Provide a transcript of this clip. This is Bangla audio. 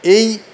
এই